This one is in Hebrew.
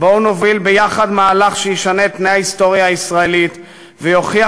בואו נוביל ביחד מהלך שישנה את פני ההיסטוריה הישראלית ויוכיח